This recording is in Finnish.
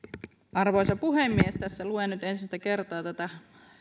arvoisa puhemies tässä luen nyt ensimmäistä kertaa tätä